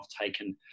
taken